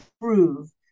prove